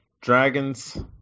Dragons